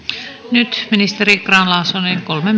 nyt ministeri grahn laasonen kolme